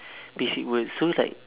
basic words so it's like